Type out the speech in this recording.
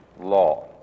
law